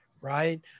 right